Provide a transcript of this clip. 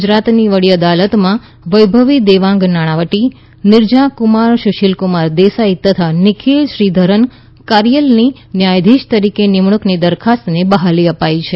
ગુજરાતની વડી અદાલતમાં વૈભવી દેવાંગ નાણાંવટી નીરજાકુમાર સુશિલકુમાર દેસાઈ તથા નિખીલ શ્રીધરન કારીયેલની ન્યાયાધીશ તરીકે નિમણૂંકની દરખાસ્તને બહાલી અપાઈ છે